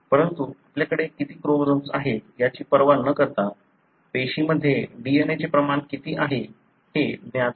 परंतु आपल्याकडे किती क्रोमोझोम्स आहेत याची पर्वा न करता पेशीमध्ये DNA चे प्रमाण किती आहे हे ज्ञात आहे